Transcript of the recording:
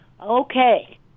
Okay